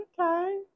Okay